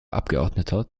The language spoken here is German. abgeordneter